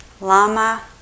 Lama